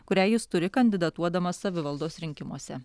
kurią jis turi kandidatuodamas savivaldos rinkimuose